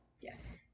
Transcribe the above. Yes